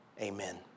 Amen